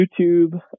YouTube